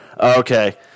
Okay